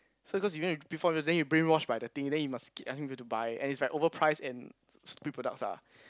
so cause you before then you brainwash by the thing then you must keep asking him to buy and is like overpriced and stupid products ah